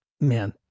man